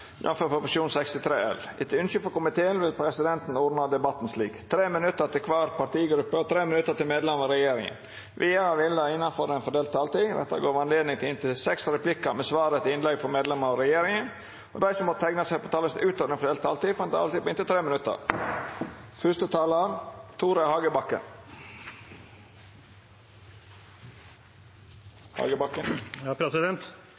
til medlemer av regjeringa. Vidare vil det – innanfor den fordelte taletida – verta gjeve anledning til replikkordskifte på inntil seks replikkar med svar etter innlegg frå medlemer av regjeringa, og dei som måtte teikna seg på talarlista utover den fordelte taletida, får ei taletid på inntil 3 minutt.